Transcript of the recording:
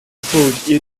food